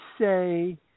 say